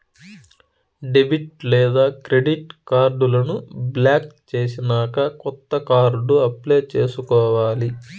debit లేదా credit కార్డులను block చేసినాక కొత్త కార్డు అప్లై చేసుకోవాలి